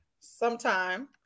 sometime